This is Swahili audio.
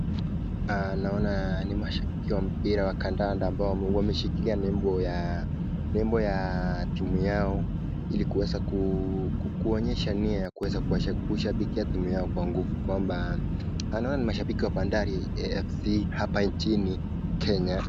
Naona ni mwashabiki wa mpira wa kandanda ambao wameshikilia nembo ya timu yao Ili kuweza kuonyesha nia ya kuweza kushabikia timu yao kwa nguvu naona mashabiki wa bandari fc hapa nchini Kenya.